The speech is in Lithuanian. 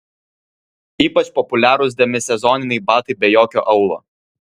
ypač populiarūs demisezoniniai batai be jokio aulo